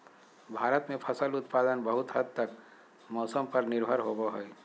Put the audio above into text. भारत में फसल उत्पादन बहुत हद तक मौसम पर निर्भर होबो हइ